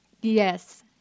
Yes